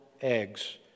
eggs